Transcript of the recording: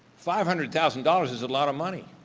five hundred thousand dollars is a lot of money.